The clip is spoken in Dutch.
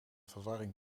verwarring